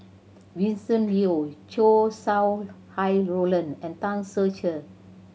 Vincent Leow Chow Sau Hai Roland and Tan Ser Cher